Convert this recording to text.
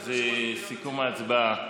סיכום ההצבעה: